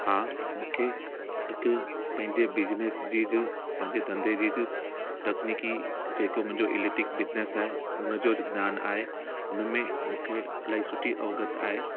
हा मूंखे हिकु पंहिंजे बिजनस जीज पंहिंजे धंधे जी्ज टकनिकी जेको मुंहिंजो इलैक्ट्रिक बिजनिस आए उन जो ध्यानु आहे हुनमें मूंखे इलाही सुठी औगत आहे